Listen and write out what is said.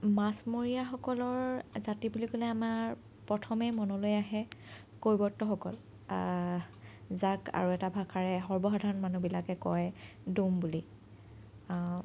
মাছমৰীয়া সকলৰ জাতি বুলি ক'লে আমাৰ প্ৰথমে মনলৈ আহে কৈৱৰ্তসকল যাক আৰু এটা ভাষাৰে সৰ্বসাধাৰণ মানুহবিলাকে কয় ডোম বুলি